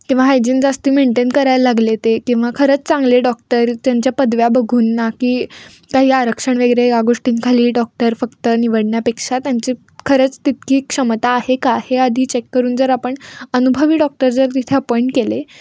किंवा हायजीन जास्त मेंटेन करायला लागले ते किंवा खरंच चांगले डॉक्टर त्यांच्या पदव्या बघून ना की काही आरक्षण वगैरे या गोष्टींखाली डॉक्टर फक्त निवडण्यापेक्षा त्यांची खरंच तितकी क्षमता आहे का हे आधी चेक करून जर आपण अनुभवी डॉक्टर जर तिथे अपॉइंट केले